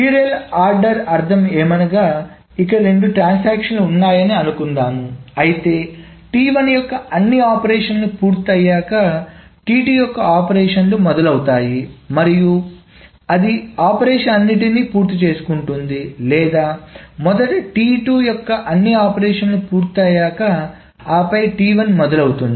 serial order అర్ధం ఏమనగా ఇక్కడ రెండు ట్రాన్సాక్షన్లు ఉన్నాయని అనుకుందాం అయితే యొక్క అన్ని ఆపరేషన్లు పూర్తయ్యాక యొక్క ఆపరేషన్లు మొదలవుతాయి మరియు అది ఆపరేషన్లన్నింటినీ పూర్తి చేసుకుంటుంది లేదా మొదట యొక్క అన్ని ఆపరేషన్లు పూర్తయ్యాక ఆపై మొదలవుతుంది